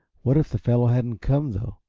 what if the fellow hadn't come, though?